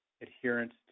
adherence